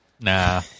Nah